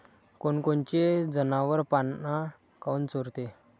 कोनकोनचे जनावरं पाना काऊन चोरते?